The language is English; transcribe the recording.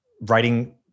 writing